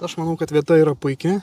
aš manau kad vieta yra puiki